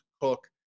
cook